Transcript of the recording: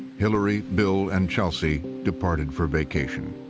hillary, bill, and chelsea departed for vacation.